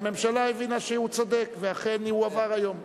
והממשלה הבינה שהוא צודק, ואכן זה עבר היום.